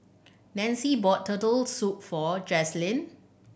Nancy bought Turtle Soup for Jazlene